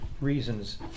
reasons